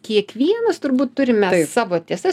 kiekvienas turbūt turime savo tiesas